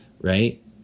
right